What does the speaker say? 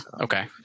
okay